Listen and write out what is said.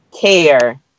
care